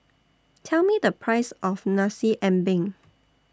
Tell Me The Price of Nasi Ambeng